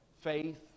Faith